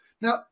Now